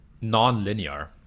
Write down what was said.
non-linear